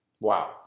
Wow